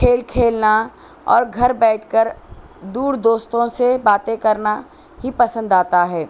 کھیل کھیلنا اور گھر بیٹھ کر دور دوستوں سے باتیں کرنا ہی پسند آتا ہے